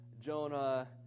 Jonah